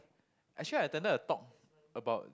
actually I attended a talk about